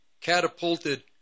catapulted